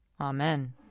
Amen